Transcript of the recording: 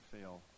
fail